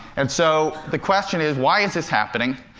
and so the question is, why is this happening?